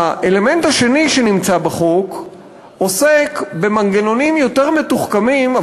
האלמנט השני שנמצא בחוק עוסק במנגנונים מתוחכמים יותר,